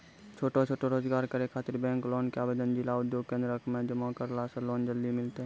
छोटो छोटो रोजगार करै ख़ातिर बैंक लोन के आवेदन जिला उद्योग केन्द्रऽक मे जमा करला से लोन जल्दी मिलतै?